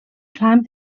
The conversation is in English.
climbed